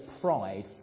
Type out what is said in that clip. pride